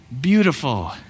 beautiful